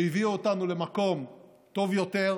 שהביאו אותנו למקום טוב יותר,